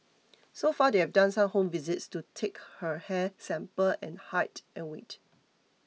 so far they've done some home visits to take her hair sample and height and weight